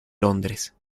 londres